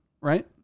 right